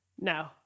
No